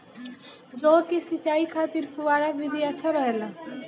जौ के सिंचाई खातिर फव्वारा विधि अच्छा रहेला?